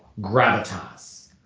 gravitas